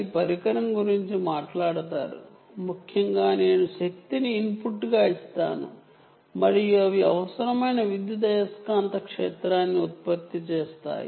ఈ పరికరం గురించి మాట్లాడినట్లైతే ఇది డంప్ పరికరం ముఖ్యంగా నేను శక్తిని ఇన్పుట్గా ఉపయోగిస్తాను మరియు అవి అవసరమైన ఎలక్ట్రో మాగ్నెటిక్ ఫీల్డ్ ని ఉత్పత్తి చేస్తాయి